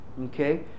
Okay